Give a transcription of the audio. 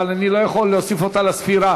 אבל אני לא יכול להוסיף אותה לספירה.